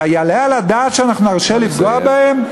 היעלה על הדעת שאנחנו נרשה לפגוע בהם?